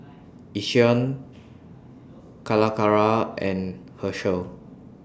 Yishion Calacara and Herschel